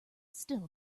still